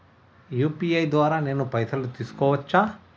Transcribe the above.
UPI ద్వారా నేను పైసలు తీసుకోవచ్చా?